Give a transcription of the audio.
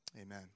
amen